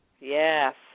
Yes